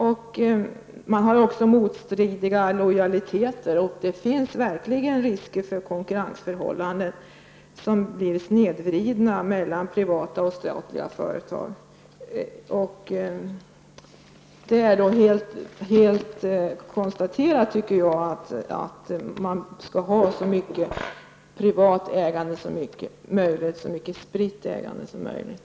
Det blir motstridiga lojaliteter, och det uppkommer verkligen risker för snedvridna konkurrensförhållanden mellan privata och statliga företag. Det står enligt min mening helt klart att det skall vara så mycket privat och spritt ägande som möjligt.